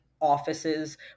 offices